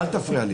במקרה אחד.